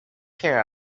care